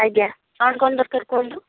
ଆଜ୍ଞା କ'ଣ କ'ଣ ଦରକାର କୁହନ୍ତୁ